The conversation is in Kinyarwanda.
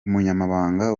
umunyamabanga